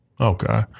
Okay